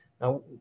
Now